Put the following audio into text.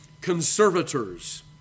conservators